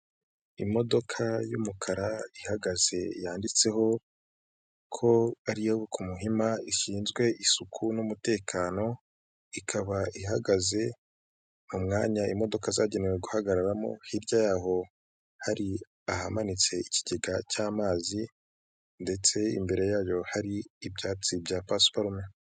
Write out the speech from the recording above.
Imodoka y'umukara ihagaze yanditseho ko ari iyo ku Muhima ishinzwe isuku n'umutekano, ikaba ihagaze mu mwanya imodoka zagenewe guhagararamo, hirya yaho hari ahamanitse ikigega cy'amazi ndetse imbere yayo hari ibyatsi bya pasiparume.